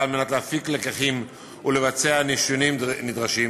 על מנת להפיק לקחים ולבצע שינויים נדרשים.